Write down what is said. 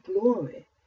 glory